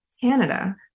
Canada